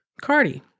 Cardi